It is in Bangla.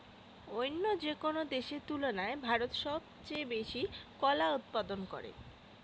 অইন্য যেকোনো দেশের তুলনায় ভারত সবচেয়ে বেশি কলা উৎপাদন করে